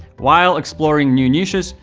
while exploring new niches,